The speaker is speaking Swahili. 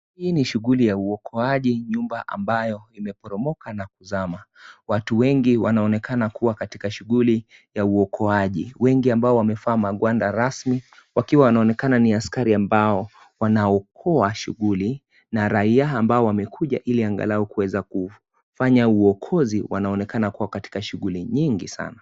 Hii ni shughuli ya huokoaji nyumba ambayo imeboromoka na kuzama, watu wengi wanaonekana kuwa katika shuguli ya huokoaji, wengi ambao wamefaa mawanda rasmi wakiwa wanaonekana ni askari ambao wanaokoa shughuli, na raia ambao wamekuja iliangalau kuweza kufanya uokozi wanaonekana kuwa na shughuli nyingi sana.